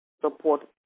support